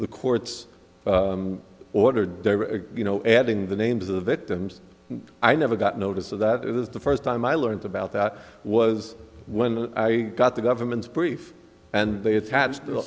the court's order you know adding the names of the victims and i never got a notice of that was the first time i learned about that was when i got the government's brief and they attached